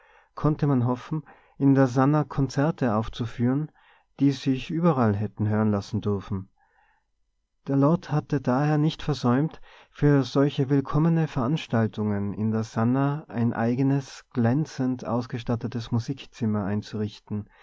konnte man hoffen in der sannah konzerte aufzuführen die sich überall hätten hören lassen dürfen der lord hatte daher nicht versäumt für solche willkommene veranstaltungen in der sannah ein eigenes glänzend ausgestattetes musikzimmer einzurichten